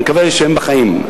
אני מקווה שהם בחיים,